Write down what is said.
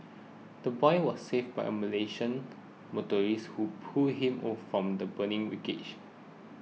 the boy was saved by a Malaysian motorist who pulled him or from the burning wreckage